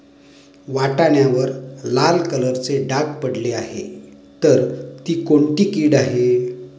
वाटाण्यावर लाल कलरचे डाग पडले आहे तर ती कोणती कीड आहे?